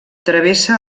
travessa